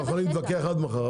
אנחנו יכולים להתווכח עד מחר,